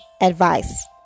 advice